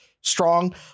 strong